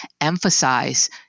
emphasize